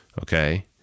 okay